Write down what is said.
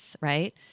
Right